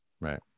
Right